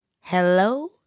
Hello